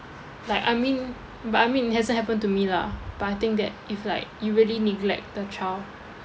like I mean but I mean it hasn't happened to me lah but I think that if like you really neglect the child